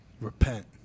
Repent